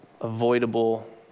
avoidable